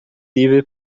livre